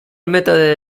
mètode